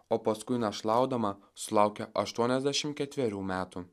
o paskui našlaudama sulaukė aštuoniasdešim ketverių metų